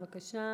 בבקשה.